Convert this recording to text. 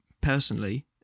personally